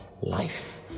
life